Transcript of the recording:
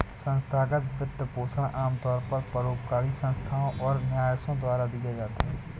संस्थागत वित्तपोषण आमतौर पर परोपकारी संस्थाओ और न्यासों द्वारा दिया जाता है